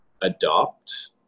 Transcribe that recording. adopt